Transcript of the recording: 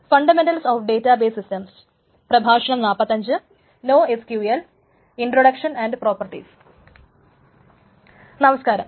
നമസ്കാരം